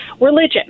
religion